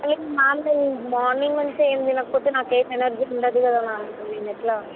madam morning నుంచి ఏమి తినకపోతే నాకు ఏమి ఎనర్జీ ఉండదు కదా మ్యామ్ ఐమీన్ ఎట్లా